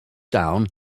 down